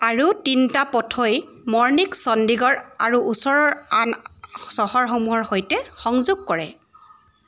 আৰু তিনিটা পথেই মৰ্নিক চণ্ডিগড় আৰু ওচৰৰ আন চহৰসমূহৰ সৈতে সংযোগ কৰে